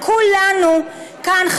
לכולנו כאן,